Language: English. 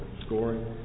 scoring